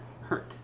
hurt